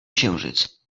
księżyc